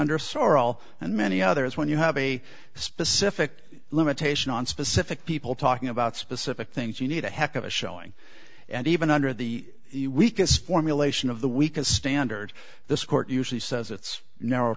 under sorrell and many others when you have a specific limitation on specific people talking about specific things you need a heck of a showing and even under the you weakest formulation of the week a standard this court usually says it's narrow